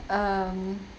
um